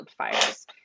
wildfires